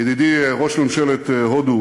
ידידי ראש ממשלת הודו,